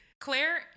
Claire